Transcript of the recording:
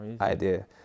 idea